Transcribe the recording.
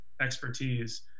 expertise